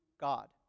God